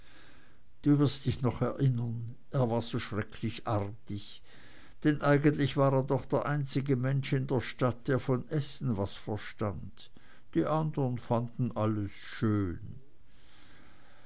du wirst dich noch erinnern er war immer so schrecklich artig denn eigentlich war er doch der einzige mensch in der stadt der von essen was verstand die andern fanden alles schön